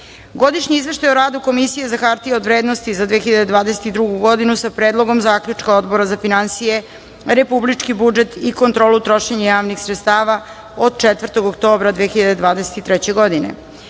Godišnji izveštaj o radu Komisije za hartije od vrednosti za 2022. godinu, sa Predlogom zaključka Odbora za finansije, republički budžet i kontrolu trošenja javnih sredstava od 4. oktobra 2023. godine;44.